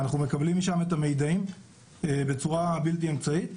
אנחנו מקבלים משם את המידעים בצורה בלתי אמצעית.